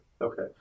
okay